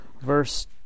verse